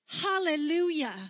Hallelujah